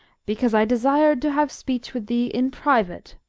because i desired to have speech with thee in private,